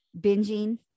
binging